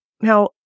Now